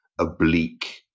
Oblique